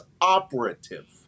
operative